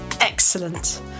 Excellent